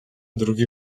drugi